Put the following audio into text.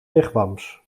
wigwams